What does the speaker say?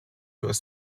was